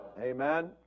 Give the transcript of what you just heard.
Amen